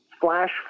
flash